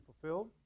fulfilled